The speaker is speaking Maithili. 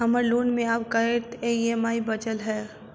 हम्मर लोन मे आब कैत ई.एम.आई बचल ह?